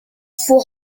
for